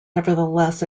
nevertheless